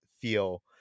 feel